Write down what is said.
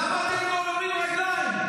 למה אתם גוררים רגליים?